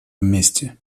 вместе